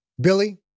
Billy